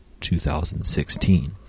2016